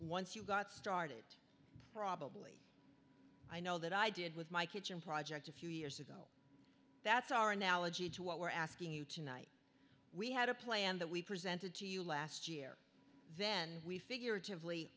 once you got started probably i know that i did with my kitchen project a few years ago that's our analogy to what we're asking you tonight we had a plan that we presented to you last year then we figured t